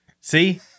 See